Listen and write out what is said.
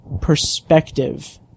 perspective